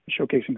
showcasing